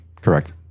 Correct